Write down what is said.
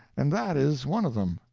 and that is one of them.